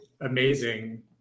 amazing